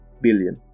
billion